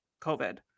COVID